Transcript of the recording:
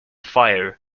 fire